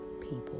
people